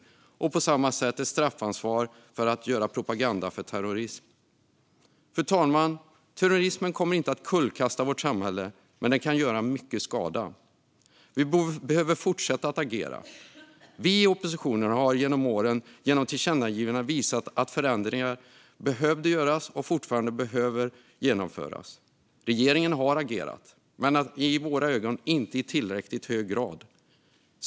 På samma sätt ska det finnas ett straffansvar för att göra propaganda för terrorism. Fru talman! Terrorismen kommer inte att kullkasta vårt samhälle, men den kan göra mycket skada. Vi behöver fortsätta att agera. Vi i oppositionen har genom åren genom tillkännagivanden visat att förändringar behövde göras och fortfarande behöver genomföras. Regeringen har agerat, men den har i våra ögon inte gjort det i tillräckligt hög grad.